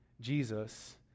Jesus